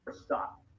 Stop